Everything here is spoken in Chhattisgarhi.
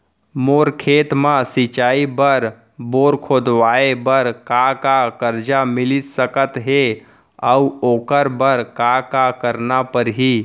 मोर खेत म सिंचाई बर बोर खोदवाये बर का का करजा मिलिस सकत हे अऊ ओखर बर का का करना परही?